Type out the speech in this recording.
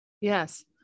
Yes